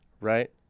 Right